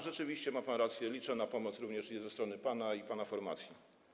Rzeczywiście, ma pan rację, liczę na pomoc również ze strony pana i pana formacji.